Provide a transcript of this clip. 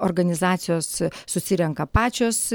organizacijos susirenka pačios